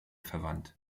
verwandt